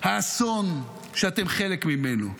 האסון, שאתם חלק ממנו.